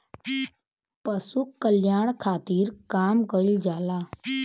पशु कल्याण खातिर काम कइल जाला